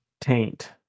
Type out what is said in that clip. taint